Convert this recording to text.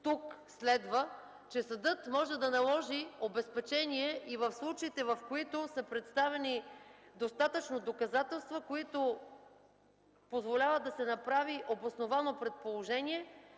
тук следва, че съдът може да наложи обезпечение и в случаите, в които са представени достатъчно доказателства, които позволяват да се направи обосновано предположение,